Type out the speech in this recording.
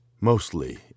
mostly